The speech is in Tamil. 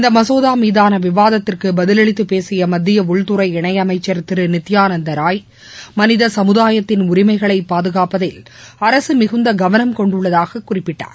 இந்த மசோதா மீதான விவாதத்திற்கு பதிலளித்து பேசிய மத்திய உள்துறை இணையமைச்சர் திரு நித்தியானந்த ராய் மனித சமுதாயத்தின் உரிமைகளை பாதுகாப்பதில் அரசு மிகுந்த கவனம் கொண்டுள்ளதாக குறிப்பிட்டார்